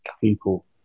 people